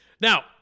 now